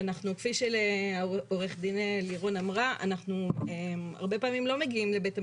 כפי שעו"ד לירון אמרה אנחנו הרבה פעמים לא מגיעים לבית המשפט,